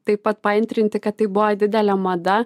taip pat paantrinti kad tai buvo didelė mada